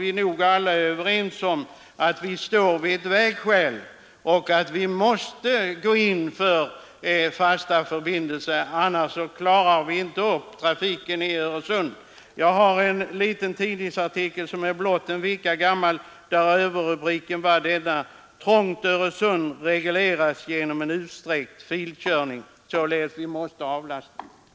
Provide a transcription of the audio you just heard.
Vi är väl alla ense om att vi står vid ett vägskäl och att vi måste gå in för fasta förbindelser; annars klarar vi inte trafiken i Öresund. Jag har här en tidningsartikel som bara är en vecka gammal och som har rubriken: Trångt Öresund regleras genom en utsträckt filkörning. Vi måste således avlasta Öresund.